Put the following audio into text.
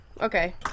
okay